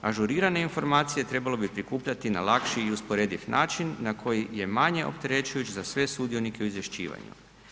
Ažurirane informacije trebalo bi prikupljati na lakši i usporediv način na koji je manje opterećujući za sve sudionike u izvješćivanju.